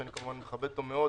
שאני כמובן מכבד אותו מאוד,